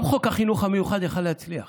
גם חוק החינוך המיוחד יכול היה להצליח